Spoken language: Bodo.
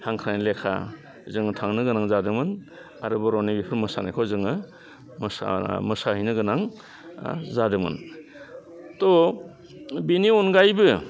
हांख्रायनाय लेखा जों थांनो गोनां जादोंमोन आरो बर'नि बेफोर मोसानायखौ जोङो मोसा मोसाहैनो गोनां जादोंमोन थ' बिनि अनगायैबो